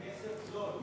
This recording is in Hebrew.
כסף זול.